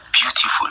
beautiful